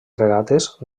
regates